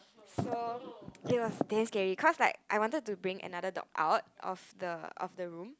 so there was damn scary cause like I wanted to bring another dog out of the of the room